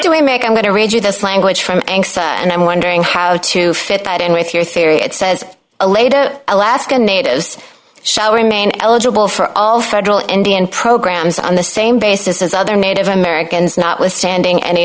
do we make i'm going to read you this language from and i'm wondering how to fit that in with your theory it says a later alaska natives shall remain eligible for all federal indian programs on the same basis as other native americans notwithstanding any